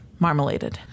Marmaladed